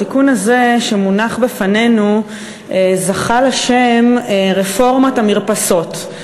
התיקון הזה שמונח בפנינו זכה לשם "רפורמת המרפסות".